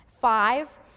Five